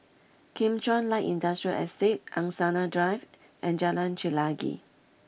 Kim Chuan Light Industrial Estate Angsana Drive and Jalan Chelagi